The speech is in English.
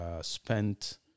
spent